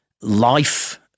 life